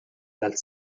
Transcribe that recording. dal